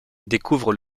découvre